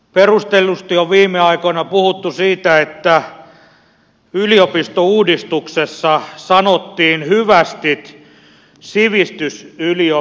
perustellusti on viime aikoina puhuttu siitä että yliopistouudistuksessa sanottiin hyvästit sivistysyliopistolle